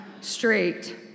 straight